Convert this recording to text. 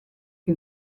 que